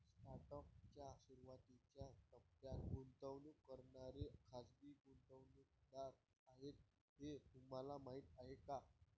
Startup च्या सुरुवातीच्या टप्प्यात गुंतवणूक करणारे खाजगी गुंतवणूकदार आहेत हे तुम्हाला माहीत आहे का?